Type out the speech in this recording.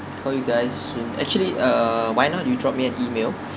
call you guys soon actually uh why not you drop me an email